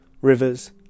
rivers